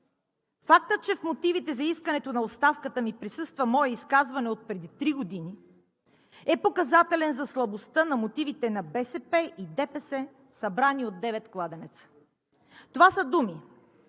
Фактът, че в мотивите за искането на оставката ми присъства мое изказване отпреди три години, е показателен за слабостта на мотивите на БСП и ДПС, събрани от девет кладенеца. Това са думи,